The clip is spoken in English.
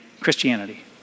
Christianity